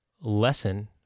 lesson